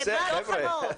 איזה חלופה זאת?